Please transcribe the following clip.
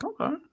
Okay